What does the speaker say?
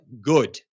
good